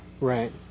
Right